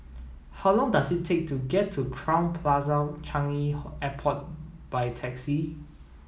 how long does it take to get to Crowne Plaza Changi Airport by taxi